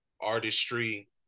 artistry